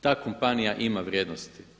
Ta kompanija ima vrijednosti.